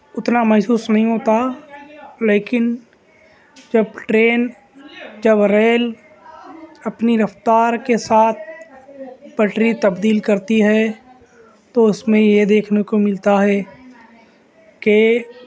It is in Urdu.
اتنا محسوس نہیں ہوتا لیکن جب ٹرین جب ریل اپنی رفتار کے ساتھ پٹری تبدیل کرتی ہے تو اس میں یہ دیکھنے کو ملتا ہے کہ